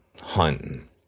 hunting